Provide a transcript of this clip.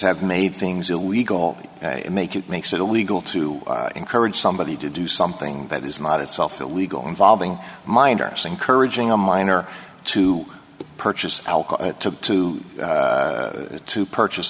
have made things illegal make it makes it illegal to encourage somebody to do something that is not itself illegal involving minors encouraging a minor to purchase alcohol to to to purchase